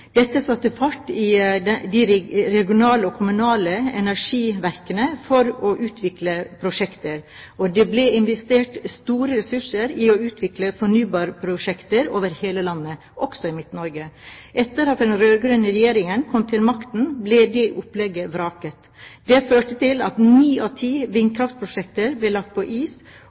Dette satte fart i de regionale og kommunale energiverkene for å utvikle prosjekter, og det ble investert store ressurser i å utvikle fornybarprosjekter over hele landet, også i Midt-Norge. Etter at den rød-grønne regjeringen kom til makten, ble det opplegget vraket. Det førte til at ni av ti vindkraftprosjekter ble lagt på is,